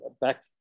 Back